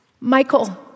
Michael